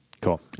Cool